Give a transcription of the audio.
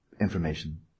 information